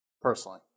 personally